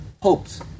hopes